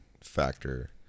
factor